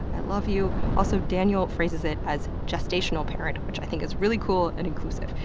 i love you. also, daniel phrases it as gestational parent, which i think is really cool and inclusive.